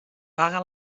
paga